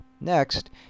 Next